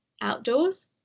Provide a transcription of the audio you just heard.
outdoors